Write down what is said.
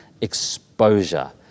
exposure